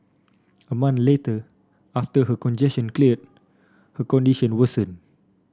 a month later after her congestion cleared her condition worsened